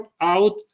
out